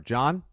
John